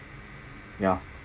ya